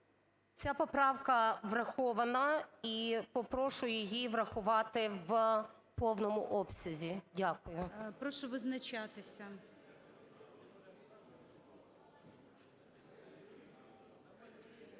Ця поправка врахована і попрошу її врахувати в повному обсязі. Дякую. ГОЛОВУЮЧИЙ. Прошу визначатися.